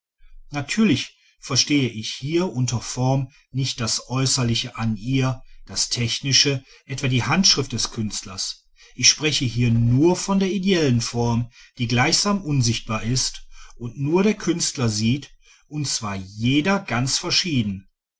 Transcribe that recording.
natürlich verstehe ich hier unter form nicht das äußerliche an ihr das technische etwa die handschrift des künstlers ich spreche hier nur von der ideellen form die gleichsam unsichtbar ist die nur der künstler sieht und zwar jeder ganz verschieden